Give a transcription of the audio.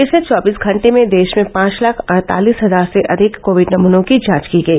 पिछले चौबीस घंटे में देश में पांच लाख अड़तालिस हजार से अधिक कोविड नमूनों की जांच की गई